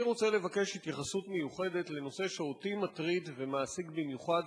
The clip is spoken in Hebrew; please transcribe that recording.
אני רוצה לבקש התייחסות מיוחדת לנושא שאותי מטריד ומעסיק במיוחד,